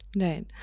Right